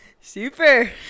Super